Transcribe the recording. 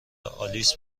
آلیس